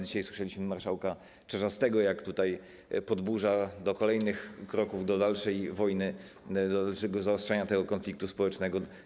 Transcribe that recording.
Dzisiaj słyszeliśmy marszałka Czarzastego, jak podburza tutaj do kolejnych kroków, do dalszej wojny, dalszego zaostrzania konfliktu społecznego.